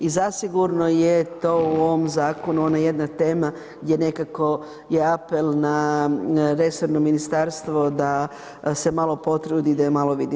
I zasigurno je to u ovom zakonu ona jedna tema gdje nekako je apel na resorno ministarstvo da se malo potrudi, da je malo vidi.